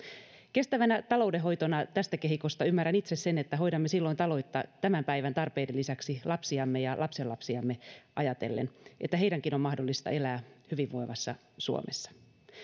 kestävänä taloudenhoitona tästä kehikosta ymmärrän itse sen että hoidamme silloin taloutta tämän päivän tarpeiden lisäksi lapsiamme ja lapsenlapsiamme ajatellen että heidänkin on mahdollista elää hyvinvoivassa suomessa